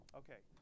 okay